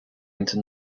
into